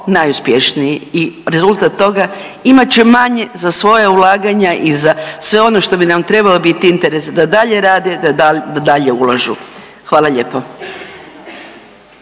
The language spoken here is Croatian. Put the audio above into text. Najuspješniji i rezultat toga imat će manje za svoja ulaganja i za sve ono što bi nam trebao biti interes da dalje rade, da dalje ulažu. Hvala lijepo.